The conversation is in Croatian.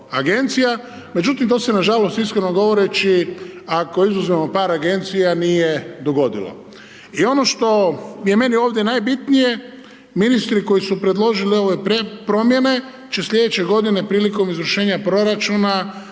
agencija međutim to se nažalost iskreno govoreći, ako izuzmemo par agencija, nije dogodilo. I ono što je meni ovdje najbitnije, ministri koji su predložili ove promjene će slijedeće godine prilikom izvršenja proračuna